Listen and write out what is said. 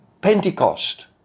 Pentecost